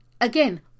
again